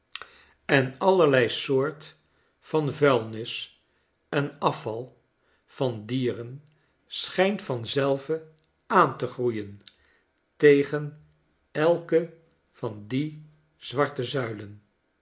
en allerlei soort van vuilnis en afval van dieren schijnt vanzelve aan te groeien tegen elke van die zwarte zuilen